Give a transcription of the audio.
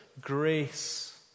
Grace